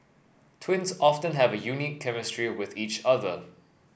twins often have a unique chemistry with each other